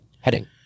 heading